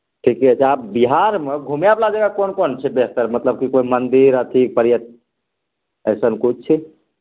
ठीके छै आ बिहारमे घुमै बला जगह कोन कोन छै बेहतर मतलब कि कोई मन्दिर अथी पर्यटन ऐसन किछु